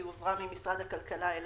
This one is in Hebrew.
היא הועברה ממשרד הכלכלה אלינו.